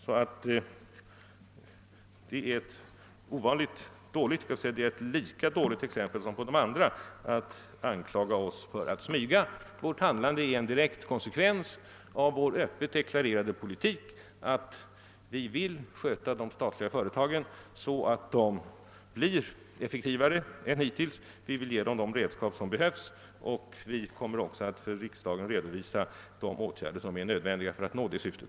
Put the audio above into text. Det är därför ett lika dåligt exempel som de andra, när herr Burenstam Linder anklagar oss för att ha smusslat i detta fall. Vårt handlande är en direkt konsekvens av vår öppet deklarerade politik att de statliga företagen bör skötas så, att de blir effektivare än hittills. Vi vill ge dem de redskap som behövs, och vi kommer att för riksdagen redovisa de åtgärder som är nödvändiga för att nå det syftet.